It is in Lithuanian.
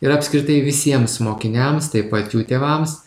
ir apskritai visiems mokiniams taip pat jų tėvams